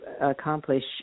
accomplish